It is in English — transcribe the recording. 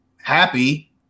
happy